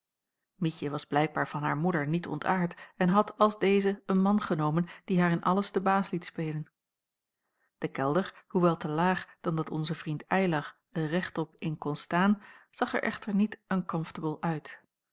mietje was blijkbaar van haar moeder niet ontaard en had als deze een man genomen die haar in alles den baas liet spelen de kelder hoewel te laag dan dat onze vriend eylar er rechtop in kon staan zag er echter niet uncomfortable uit